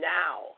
now